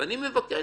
אני מבקש